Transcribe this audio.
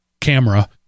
camera